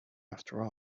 after